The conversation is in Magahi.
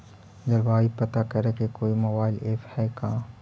जलवायु पता करे के कोइ मोबाईल ऐप है का?